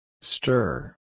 Stir